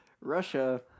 Russia